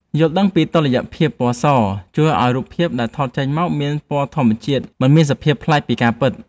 យល់ដឹងអំពីតុល្យភាពពណ៌សជួយឱ្យរូបភាពដែលថតចេញមកមានពណ៌ធម្មជាតិមិនមានសភាពប្លែកខុសពីការពិត។